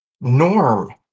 Norm